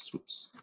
so oops,